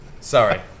Sorry